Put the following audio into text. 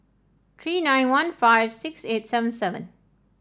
three nine one five six eight seven seven